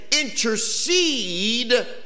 intercede